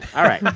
all right